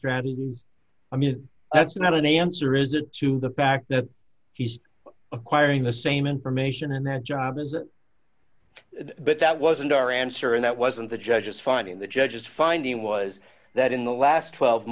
strategies i mean that's not an answer is it to the fact that he's acquiring the same information in that job is that the bit that wasn't our answer and that wasn't the judge's finding the judge's finding was that in the last twelve